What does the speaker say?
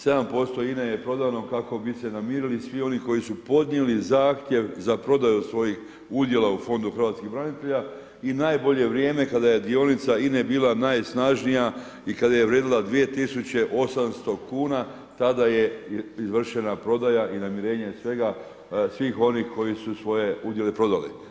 7% INA-e je prodano kako bi se namirili svi oni koji su podnijeli zahtjev za prodaju svojih udjela u Fondu hrvatskih branitelja i najbolje vrijeme kada je dionica INA-e bila najsnažnija i kada je vrijedila 2018. kuna tada je izvršena prodaja i namirenje svega svih onih koji su svoje udjele prodali.